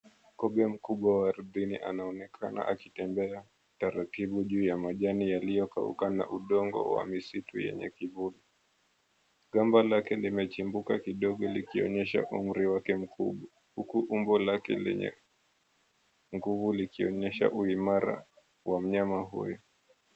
Kobe mkubwa wa ardhini anaonekana akitembea taratibu juu ya majani yaliyokauka na udongo wa misitu yenye kivuli. Gamba lake limechimbuka kidogo likionyesha umri wake mkuu. Huku umbo lake lenye nguvu likionyesha uimara wa mnyama huyu.